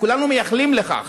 כולנו מייחלים לכך